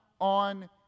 on